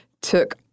took